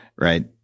right